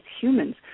humans